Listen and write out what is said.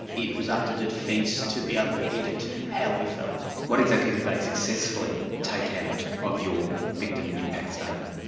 it was up to the defence to be able to edit how we felt. what exactly did they successfully take out of your victim impact statement?